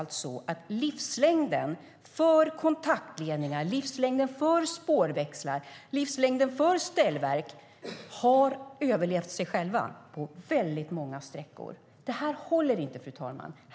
Livslängden för kontaktledningar, spårväxlar och ställverk har överskridits på många sträckor. Det håller inte, fru talman.